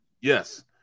Yes